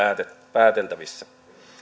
pääteltävissä